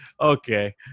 okay